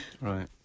Right